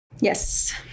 Yes